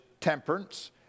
temperance